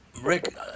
Rick